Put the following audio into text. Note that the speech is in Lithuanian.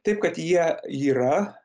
taip kad jie yra